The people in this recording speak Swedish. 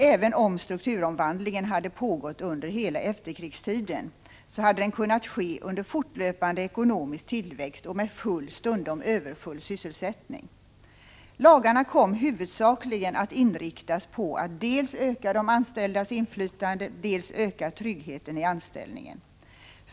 Även om strukturomvandlingen hade pågått under hela efterkrigstiden, hade den kunnat ske under fortlöpande ekonomisk tillväxt och med full, stundom överfull, sysselsättning. Lagarna kom huvudsakligen att inriktas på att dels öka de anställdas inflytande, dels öka tryggheten i anställningen.